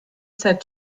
said